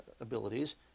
abilities